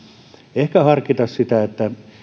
ehkä harkita sitä